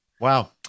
Wow